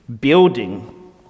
building